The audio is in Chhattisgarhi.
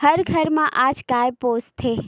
हर घर म आज गाय पोसथे